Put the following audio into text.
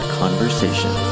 conversation